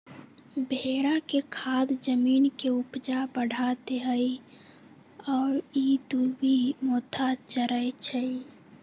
भेड़ा के खाद जमीन के ऊपजा बढ़ा देहइ आ इ दुभि मोथा चरै छइ